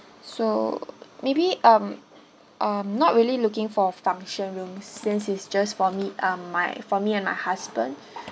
so maybe um uh not really looking for function rooms since its just for me um my for me and my husband